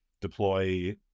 deploy